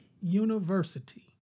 university